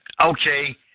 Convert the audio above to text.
Okay